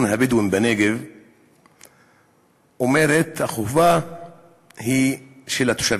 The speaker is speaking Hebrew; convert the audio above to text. הבדואים בנגב אומרת: החובה היא של התושבים.